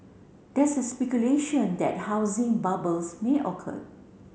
there is speculation that housing bubble may occur